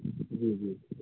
جی جی